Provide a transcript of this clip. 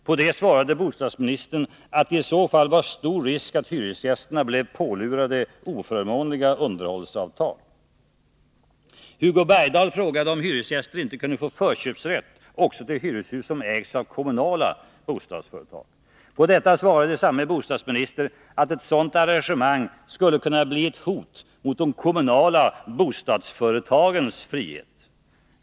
På det svarade bostadsministern att det i så fall var stor risk att hyresgästerna blev pålurade oförmånliga underhållsavtal. Hugo Bergdahl frågade om hyresgäster inte kunde få förköpsrätt också till hyreshus som ägs av kommunala bostadsföretag. På detta svarade samme bostadsminister att ett sådant arrangemang skulle kunna bli ett hot mot de kommunala bostadsföretagens frihet.